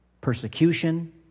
persecution